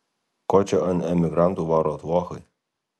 ko čia ant emigrantų varot lochai